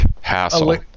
hassle